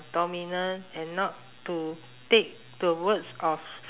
dominant and not to take the words of